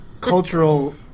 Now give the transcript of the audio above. cultural